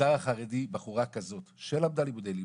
במגזר החרדי בחורה כזאת שלמדה לימודי ליבה,